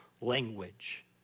language